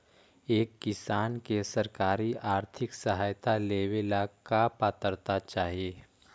एक किसान के सरकारी आर्थिक सहायता लेवेला का पात्रता चाही?